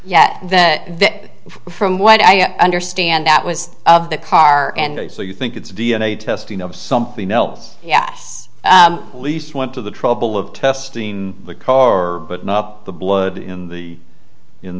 yet that from what i understand that was of the car and so you think it's d n a testing of something else yes at least went to the trouble of testing the car but not the blood in the in